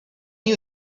you